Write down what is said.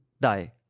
die